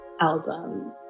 album